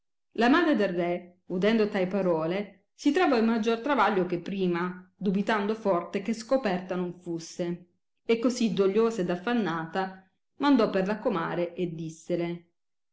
la madre del re udendo tai parole si trovò in maggior travaglio che prima dubitando forte che scoperta non fusse e così dogliosa ed affannata mandò per la comare e dissele